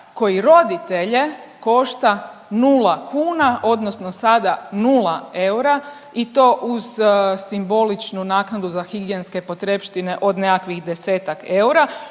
koji roditelje košta 0 kuna, odnosno sada 0 eura i to uz simboličnu naknadu za higijenske potrepštine od nekakvih 10-ak eura.